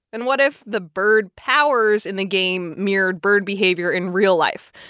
and what if the bird powers in the game mirrored bird behavior in real life?